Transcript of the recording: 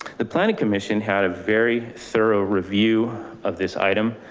the planning commission had a very thorough review of this item.